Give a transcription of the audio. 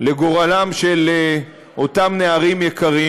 לגורלם של אותם נערים יקרים.